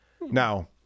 Now